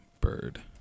Bird